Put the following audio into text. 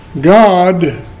God